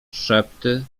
szepty